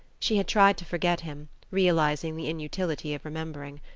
she had tried to forget him, realizing the inutility of remembering.